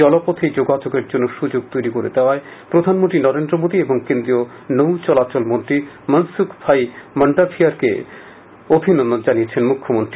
জলপথে এই যোগাযোগের জন্য সুযোগ তৈরি করে দেওয়ায় প্রধানমন্ত্রী নরেন্দ্র মোদী ও কেন্দ্রীয় নৌচলাচল মন্ত্রী মনসুখ ভাই মন্ডাভিয়ারকে অভিনন্দন জানিয়েছেন মুখ্যমন্ত্রী